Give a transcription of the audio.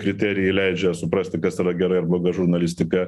kriterijai leidžia suprasti kas yra gera ir bloga žurnalistika